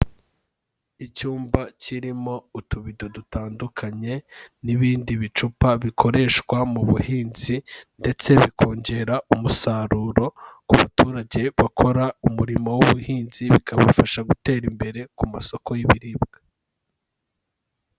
Icyumba kirimo utubido dutandukanye n'ibindi bicupa bikoreshwa mu buhinzi ndetse bikongera umusaruro ku baturage bakora umurimo w'ubuhinzi, bikabafasha gutera imbere ku masoko y'ibiribwa.